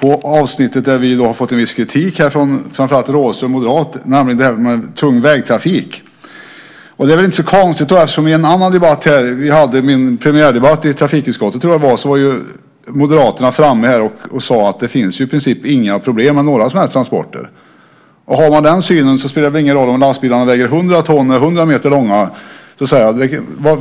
det avsnitt där vi har fått en viss kritik, från framför allt Rådhström, moderat, nämligen det som handlar om tung vägtrafik. Det är väl inte så konstigt, eftersom i en annan debatt - min premiärdebatt i trafikutskottet - var Moderaterna framme och sade att det i princip inte finns några problem med några som helst transporter. Har man den synen spelar det väl ingen roll om lastbilarna väger 100 ton och är 100 meter långa.